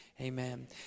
amen